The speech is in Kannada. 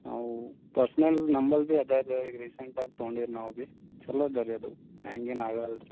ನಾವೂ ಪರ್ಸನಲ್ ನಂಬಲ್ ಭೀ ಅದರಾಗ ರೀ ಈಗ ರೀಸಂಟ್ ಆಗಿ ತಗೊಂಡಿವಿ ನಾವು ಭೀ ಛಲೋ ಅದಾ ರೀ ಅದು ಹ್ಯಾಂಗ್ ಏನೂ ಆಗಲ್ರಿ